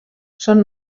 són